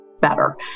better